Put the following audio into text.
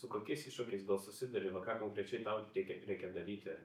su kokiais iššūkiais gal susiduri va ką konkrečiai tau reikia reikia daryti